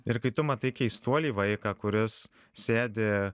ir kai tu matai keistuolį vaiką kuris sėdi